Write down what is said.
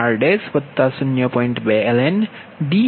2ln Dr 30